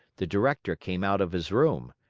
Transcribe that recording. the director came out of his room.